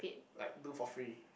like do for free